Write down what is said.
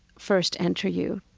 first enter you